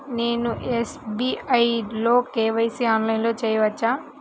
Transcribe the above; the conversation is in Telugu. నేను ఎస్.బీ.ఐ లో కే.వై.సి ఆన్లైన్లో చేయవచ్చా?